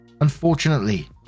Unfortunately